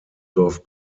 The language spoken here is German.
dorf